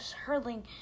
hurling